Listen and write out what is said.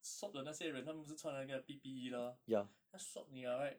swab 的那些人他们不是穿那个 P_P_E lor 他 swab 你 liao right